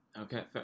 Okay